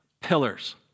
pillars